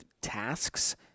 tasks